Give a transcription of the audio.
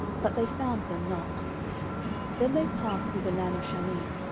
but they found them not then they passed through the land of shalim,